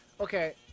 Okay